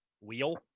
wheel